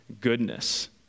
goodness